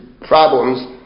problems